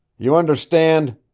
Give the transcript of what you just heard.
you understand?